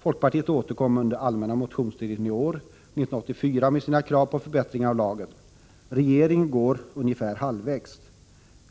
Folkpartiet återkom under allmänna motionstiden i år, 1984, med sina krav på förbättringar av lagen. Regeringen går ungefär halvvägs.